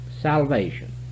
salvation